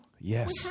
Yes